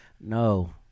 no